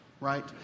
right